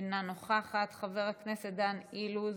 אינה נוכחת, חבר הכנסת דן אילוז,